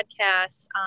podcast